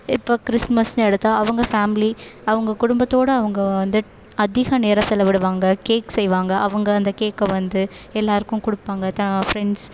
இப்போ கிறிஸ்மஸ்னு எடுத்தால் அவங்க ஃபேம்லி அவங்க குடும்பத்தோடய அவங்க வந்து அதிக நேரம் செலவிடுவாங்க கேக் செய்வாங்க அவங்க அந்த கேக்கை வந்து எல்லோருக்கும் கொடுப்பாங்க தான் ஃப்ரெண்ட்ஸ்